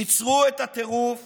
עצרו את הטירוף